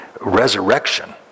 resurrection